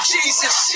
Jesus